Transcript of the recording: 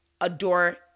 adore